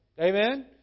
Amen